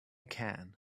can